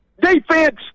defense